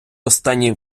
останній